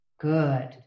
Good